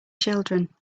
children